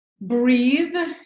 breathe